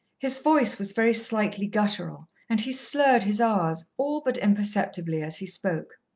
his voice was very slightly guttural, and he slurred his r's all but imperceptibly as he spoke.